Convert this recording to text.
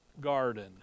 garden